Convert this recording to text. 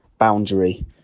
boundary